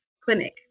clinic